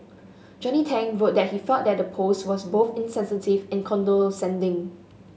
Johnny Tang wrote that he felt the post was both insensitive and condescending